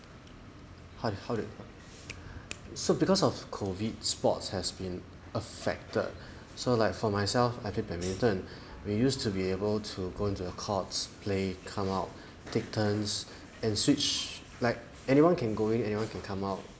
how how did so because of COVID sports has been affected so like for myself I play badminton we used to be able to go into the courts play come out take turns and switch like anyone can go in anyone can come out